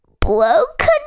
broken